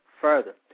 further